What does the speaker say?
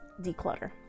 declutter